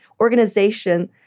organization